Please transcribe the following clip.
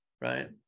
right